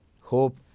hope